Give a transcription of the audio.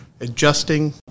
adjusting